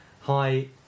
hi